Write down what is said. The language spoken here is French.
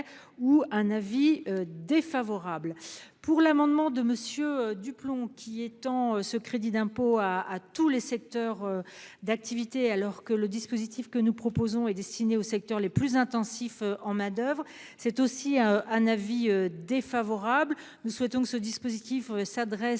ou un avis défavorable pour l'amendement de monsieur du plomb qui étend ce crédit d'impôt à à tous les secteurs d'activité, alors que le dispositif que nous proposons est destiné aux secteurs les plus intensifs en main d'oeuvre, c'est aussi un avis défavorable. Nous souhaitons que ce dispositif s'adresse